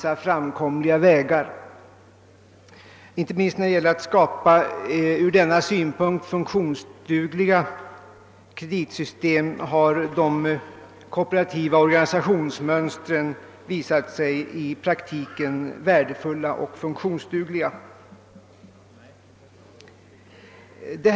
De kooperativa organisationsmönstren har visat sig värdefulla och funktionsdugliga i praktiken, inte minst när det gäller att skapa från denna synpunkt funktionsdugliga kreditsystem.